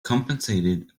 compensated